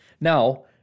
Now